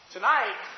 Tonight